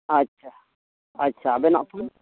ᱟᱪᱪᱷᱟ ᱟᱪᱪᱷᱟ ᱟᱵᱮᱱᱟᱜ ᱩᱯᱨᱩᱢ